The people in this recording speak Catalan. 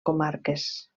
comarques